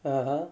(uh huh)